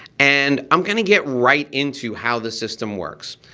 and i'm gonna get right into how this system works.